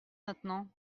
maintenant